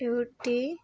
A U T